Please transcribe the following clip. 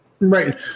Right